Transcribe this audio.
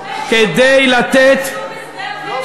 ציפי חוטובלי,